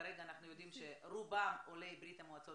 כרגע אנחנו יודעים שרובם עולי ברית המועצות